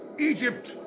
Egypt